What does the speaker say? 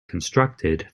constructed